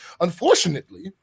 unfortunately